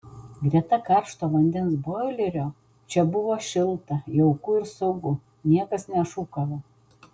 greta karšto vandens boilerio čia buvo šilta jauku ir saugu niekas nešūkavo